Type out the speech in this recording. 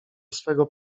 swego